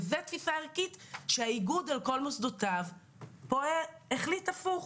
וזו תפיסה ערכית שהאיגוד על כל מוסדותיו החליט הפוך